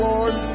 Lord